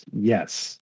yes